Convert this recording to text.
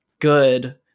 good